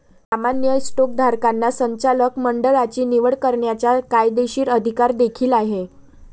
सामान्य स्टॉकधारकांना संचालक मंडळाची निवड करण्याचा कायदेशीर अधिकार देखील आहे